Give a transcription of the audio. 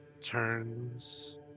turns